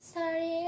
Sorry